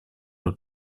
nous